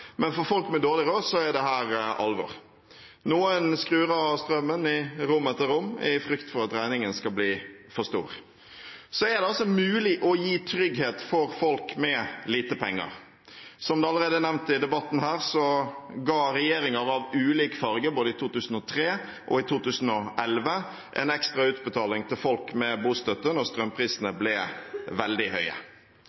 men for folk med dårlig råd er dette alvor. Noen skrur av strømmen i rom etter rom, i frykt for at regningen skal bli for stor. Så er det altså mulig å gi trygghet for folk med lite penger. Som det allerede er nevnt i debatten her, ga regjeringer av ulik farge, både i 2003 og i 2011, en ekstra utbetaling til folk med bostøtte da strømprisene